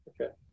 okay